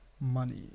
money